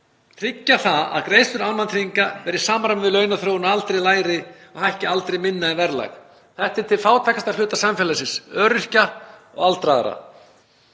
tryggja að greiðslur almannatrygginga verði í samræmi við launaþróun en aldrei lægri og hækki aldrei minna en verðlag. Þetta er til fátækasta hluta samfélagsins, öryrkja og aldraðra.